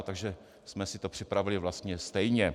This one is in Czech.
Takže jsme si to připravili vlastně stejně.